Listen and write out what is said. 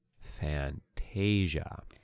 Fantasia